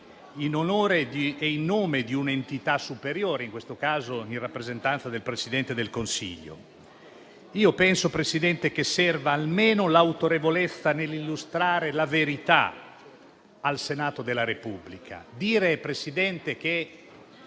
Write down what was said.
in onore e in nome di un'entità superiore, in questo caso in rappresentanza del Presidente del Consiglio. Io penso, Presidente, che serva almeno l'autorevolezza nell'illustrare la verità al Senato della Repubblica. Presidente, si